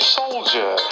soldier